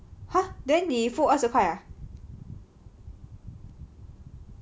!huh! then 你付二十块 ah